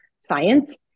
science